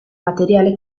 materiale